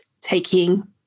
taking